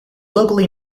locally